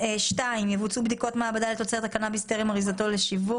יבוצעו בדיקות מעבדה לתוצרת הקנאביס טרם אריזתו לשיווק,